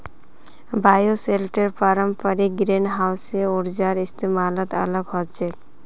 bioshelter पारंपरिक greenhouse स ऊर्जार इस्तमालत अलग ह छेक